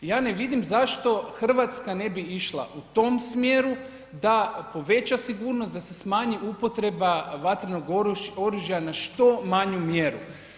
Ja ne vidim zašto Hrvatska ne bi išla u tom smjeru da poveća sigurnost, da se smanji upotreba vatrenog oružja na što manju mjeru.